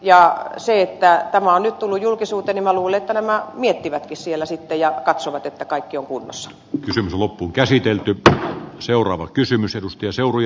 ja siksi että tämä on nyt tullut julkisuuteen minä luulen että nämä miettivätkin siellä sitten ja katsovat että kaikki on kunnossa kysymys on loppuunkäsitelty mutta seuraava kysymys ja se oli